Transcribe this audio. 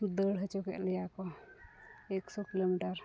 ᱫᱟᱹᱲ ᱦᱚᱪᱚ ᱠᱮᱫ ᱞᱮᱭᱟ ᱠᱚ ᱮᱠᱥᱚ ᱠᱤᱞᱳᱢᱤᱴᱟᱨ